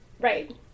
Right